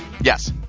Yes